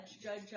Judge